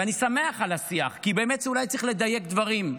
ואני שמח על השיח כי באמת אולי צריך לדייק דברים,